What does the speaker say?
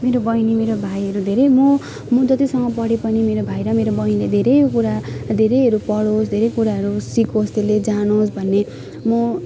मेरो बहिनी मेरो भाइहरू धेरै म म जतिसम्म पढे पनि मेरो भाइ र मेरो बहिनीले धेरै कुरा धेरैहरू पढोस् धेरै कुराहरू सिकोस् त्यसले जानोस् भन्ने म